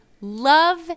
love